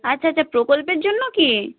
আচ্ছা আচ্ছা প্রকল্পের জন্য কি